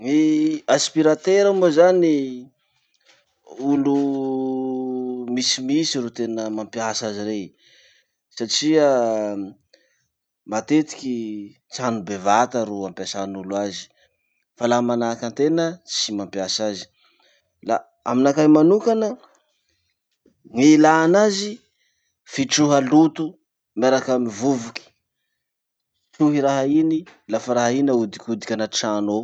Gny aspiratera moa zany olo misimisy ro tena mampiasa azy rey satria matetiky trano bevata ro ampesan'olo azy fa laha manahaky antena tsy mampiasa azy. La aminakahy manokana, gn'ilànazy, fitroha loto miaraky amy vovoky. Trohy raha iny lafa raha ahodikodiky anaty trano ao.